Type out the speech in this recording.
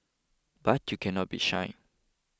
but you cannot be shy